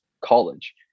college